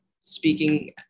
speaking